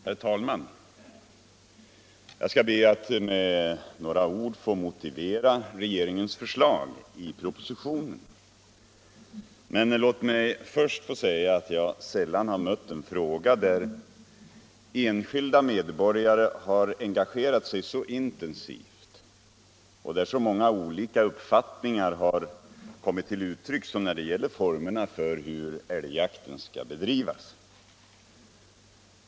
Herr talman! Jag skall be att med några ord få motivera regeringens förslag i propositionen. Men låt mig först få säga att jag sällan har mött en fråga, där enskilda medborgare har engagerat sig så intensivt och där så många olika uppfattningar kommer till uttryck, som när det gäller formerna för hur älgjakten skall bedrivas.